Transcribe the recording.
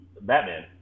Batman